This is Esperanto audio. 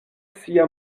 sia